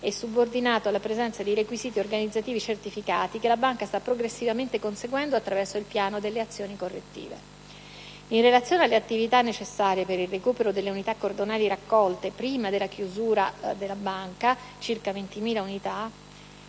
è subordinato alla presenza di requisiti organizzativi certificati, che la Banca sta progressivamente conseguendo attraverso il piano delle azioni correttive. In relazione alle attività necessarie per il recupero delle unità cordonali raccolte prima della chiusura della Banca (circa 20.000 unità),